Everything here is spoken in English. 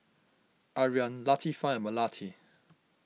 Aryan Latifa and Melati